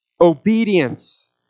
obedience